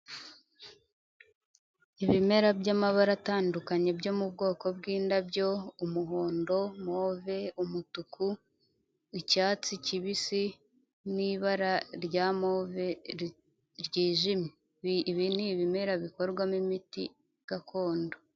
Ibimera by'amabara atandukanye byo mu bwoko bw'indabyo umuhondo, move, umutuku, icyatsi kibisi, nibara rya move ryijimye. Ibi ni ibimera bikorwamo imiti gakondo.